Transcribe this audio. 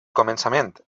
començament